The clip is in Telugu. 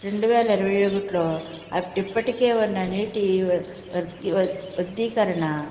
రెండువేల ఇరవై ఒకటిలో ఆగ్ ఇప్పటికే ఉన్న నేటి వర్గి వ వృద్దికరణ